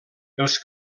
els